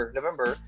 November